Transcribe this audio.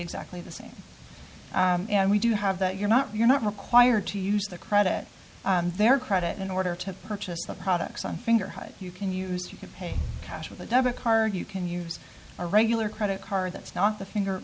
exactly the same and we do have that you're not you're not required to use the credit and their credit in order to purchase the products on finger you can use you can pay cash with a debit card you can use a regular credit card that's not the finger